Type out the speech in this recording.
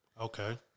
Okay